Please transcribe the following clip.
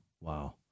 Wow